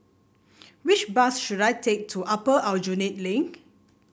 which bus should I take to Upper Aljunied Link